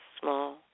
small